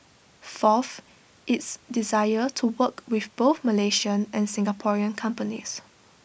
fourth its desire to work with both Malaysian and Singaporean companies